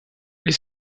les